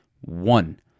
one